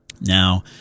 Now